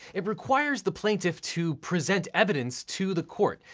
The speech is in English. it requires the plaintiff to present evidence to the court,